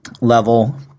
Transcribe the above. level